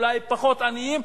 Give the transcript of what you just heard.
אולי פחות עניים,